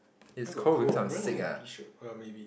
where got cold I'm wearing only a T shirt oh maybe